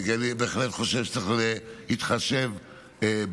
כי אני בהחלט חושב שצריך להתחשב במסורת.